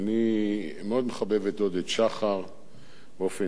אני מאוד מחבב את עודד שחר באופן אישי.